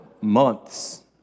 months